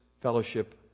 fellowship